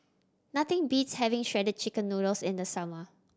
nothing beats having Shredded Chicken Noodles in the summer